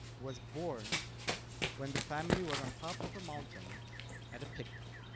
was born when the family was on top of a mountain at a picnic.